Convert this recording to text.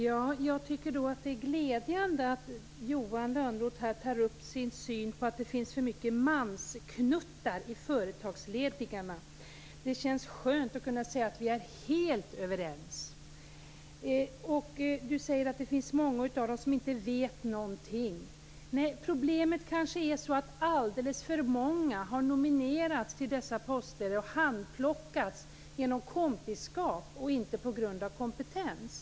Herr talman! Det är glädjande att Johan Lönnroth tar upp att det finns för mycket "mansknuttar" i företagsledningarna. Det känns skönt att kunna säga att vi är helt överens. Johan Lönnroth sade att det finns många av dessa som inte vet någonting. Problemet är kanske att alldeles för många har nominerats till dessa poster och handplockats genom kompisskap och inte på grund av kompetens.